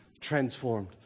transformed